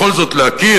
בכל זאת להכיר,